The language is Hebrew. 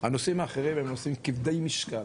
הנושאים האחרים הם נושאים כבדי משקל,